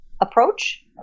approach